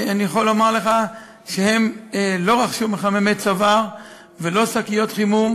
אני יכול לומר לך שהם לא רכשו מחממי צוואר ולא שקיות חימום,